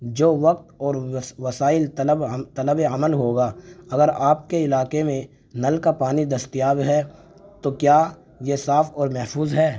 جو وقت اور وسائل طلب طلب عمل ہوگا اگر آپ کے علاقے میں نل کا پانی دستیاب ہے تو کیا یہ صاف اور محفوظ ہے